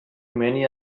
many